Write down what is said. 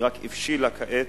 היא רק הבשילה כעת.